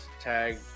tag